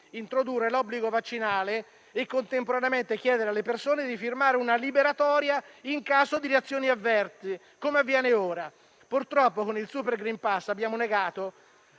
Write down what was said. introdurre l'obbligo vaccinale e contemporaneamente chiedere alle persone di firmare una liberatoria in caso di reazioni avverse come avviene ora. Purtroppo, con il *super* *green pass* abbiamo negato,